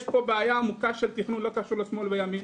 יש פה בעיה עמוקה של תכנון שלא קשורה לשמאל ולימין.